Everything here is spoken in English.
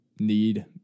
need